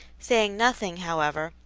saying nothing, however,